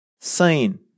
seen